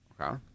Okay